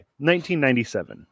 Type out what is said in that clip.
1997